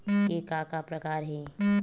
के का का प्रकार हे?